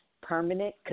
permanent